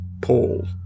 Paul